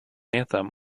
anthem